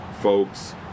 folks